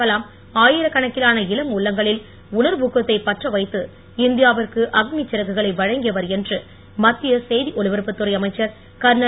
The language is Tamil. கலாம் ஆயிரக்கணக்கிலான இளம் உள்ளங்களில் உணர்வூக்கத்தைப் பற்றவைத்து இந்தியாவிற்கு அக்னி சிறகுகளை வழங்கியவர் என்று மத்திய செய்தி ஒலிபரப்புத் துறை அமைச்சர் கர்னல்